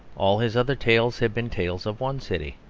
all his other tales have been tales of one city.